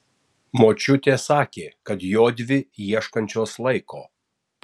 močiutė sakė kad jodvi ieškančios laiko